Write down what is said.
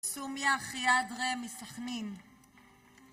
סומיה חיידרה מסכנין